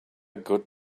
good